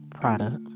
product